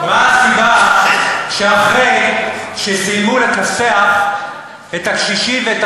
מה הסיבה שאחרי שסיימו לכסח את הקשישים ואת